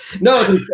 No